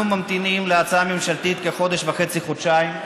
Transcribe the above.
אנחנו ממתינים להצעה הממשלתית כחודש וחצי-חודשיים,